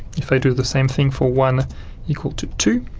if i do the same thing for one equal to two,